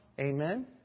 Amen